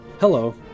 Hello